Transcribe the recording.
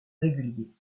régulier